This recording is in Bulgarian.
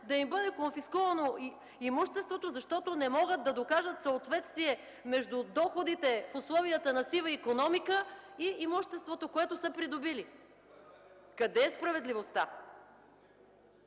да им бъде конфискувано имуществото, защото не могат да докажат съответствие между доходите в условията на сива икономика и имуществото, което са придобили? Къде е справедливостта?